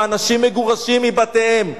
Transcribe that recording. ואנשים מגורשים מבתיהם,